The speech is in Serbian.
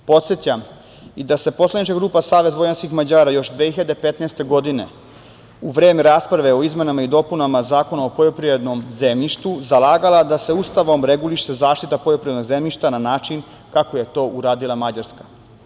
Podsećam i da se poslanička grupa SVM još 2015. godine, u vreme rasprave o izmenama i dopunama Zakona o poljoprivrednom zemljištu, zalagala da se Ustavom reguliše zaštita poljoprivrednog zemljišta na način kako je to uradila Mađarska.